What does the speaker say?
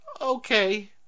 okay